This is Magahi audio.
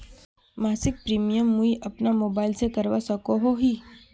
मासिक प्रीमियम मुई अपना मोबाईल से करवा सकोहो ही?